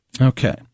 Okay